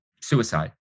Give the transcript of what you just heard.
suicide